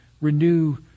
renew